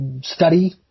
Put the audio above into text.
study